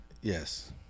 Yes